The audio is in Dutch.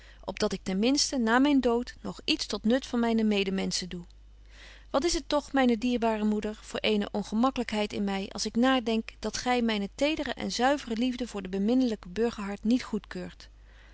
op dat ik ten minsten na myn dood nog iets tot nut van myne medemenschen doe wat is het toch myne dierbare moeder voor eene ongemaklykheid in my als ik nadenk dat gy myne tedere en zuivere liefde voor de beminlyke burgerhart niet goedkeurt